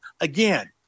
Again